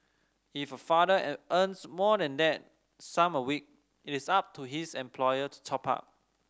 if a father at earns more than that sum a week it is up to his employer to top up